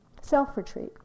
self-retreat